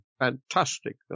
fantastic